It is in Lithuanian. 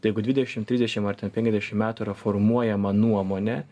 tai jeigu dvidešim trisdešim ar ten penkiasdešim metų yra formuojama nuomonė